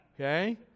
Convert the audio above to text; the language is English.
Okay